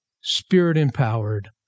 Spirit-empowered